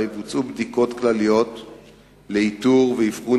ובה יבוצעו בדיקות כלליות לאיתור ואבחון